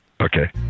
Okay